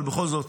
אבל בכל זאת,